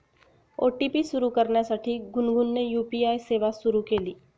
OTP सुरू करण्यासाठी गुनगुनने यू.पी.आय सेवा सुरू केली